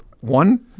One